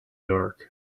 dark